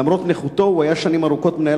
למרות נכותו הוא היה שנים ארוכות מנהל